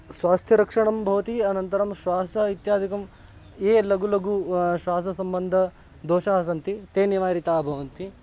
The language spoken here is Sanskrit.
स्वास्थ्यरक्षणं भवति अनन्तरं श्वास इत्यादिकं ये लघुलघु श्वाससम्बद्धदोषाः सन्ति ते निवारिताः भवन्ति